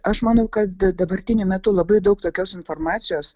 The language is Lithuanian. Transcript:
aš manau kad dabartiniu metu labai daug tokios informacijos